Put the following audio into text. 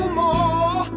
more